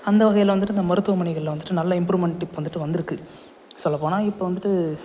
அந்த வகையில வந்துவிட்டு இந்த மருத்துவமனைகளில் வந்துவிட்டு நல்ல இம்புருமெண்ட்டு இப்போ வந்துவிட்டு வந்துருக்கு சொல்லப் போனா இப்போ வந்துவிட்டு